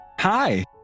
Hi